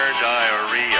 Diarrhea